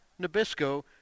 Nabisco